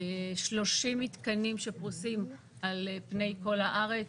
30 מתקנים שפרוסים על פני כל הארץ,